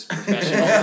Professional